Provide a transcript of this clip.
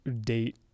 date